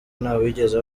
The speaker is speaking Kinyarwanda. ntawigeze